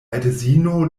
edzino